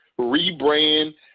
rebrand